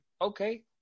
Okay